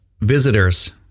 visitors